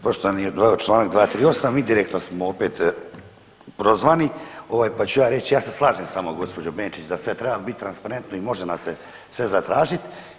Poštovani je … čl. 238. indirektno smo opet prozvani, pa ću ja reći ja se slažem s vama gospođo Benčić da sve treba biti transparentno i može nas se sve zatražit.